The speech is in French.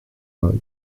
mari